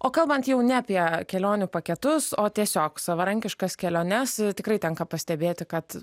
o kalbant jau ne apie kelionių paketus o tiesiog savarankiškas keliones tikrai tenka pastebėti kad